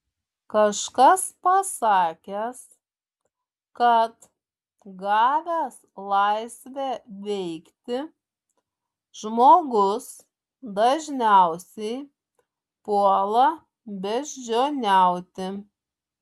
kažkas pasakęs kad gavęs laisvę veikti žmogus dažniausiai puola beždžioniauti